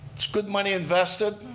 it's good money invested.